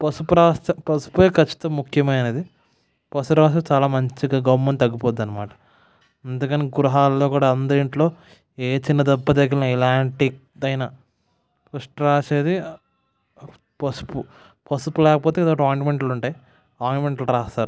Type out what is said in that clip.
పసుపు రాసి పసుపే ఖచ్చితం ముఖ్యమైనది పసుపు రాస్తే చాలా మంచిగా గమ్మున తగ్గిపోతుంది అన్నమాట అందుకని గృహాల్లో కూడా అందరి ఇంట్లో ఏ చిన్న దెబ్బ తగిలినా ఎలాంటిదైనా ఫస్ట్ రాసేది పసుపు పసుపు లేకపోతే ఏదైనా ఆయింట్మెంట్లు ఉంటాయి ఆయింట్మెంట్లు రాస్తారు